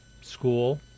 school